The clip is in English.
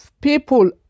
People